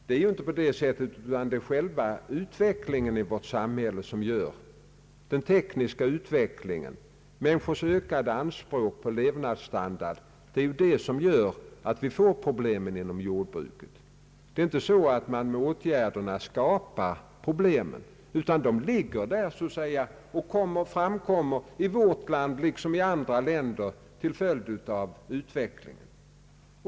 Det är själva den tekniska ut vecklingen i vårt samhälle och människornas ökade anspråk på levnadsstandard som gör att problem uppstår inom jordbruket. Åtgärderna skapar alltså inte problemen, utan dessa finns där så att säga och ger sig till känna — i vårt land liksom i andra länder — till följd av utvecklingen.